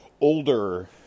older